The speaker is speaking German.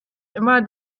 immer